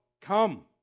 come